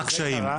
מה הקשיים.